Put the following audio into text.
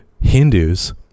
Hindus